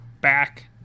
back